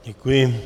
Děkuji.